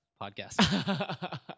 podcast